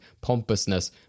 pompousness